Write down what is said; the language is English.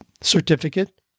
certificate